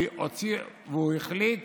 והוא החליט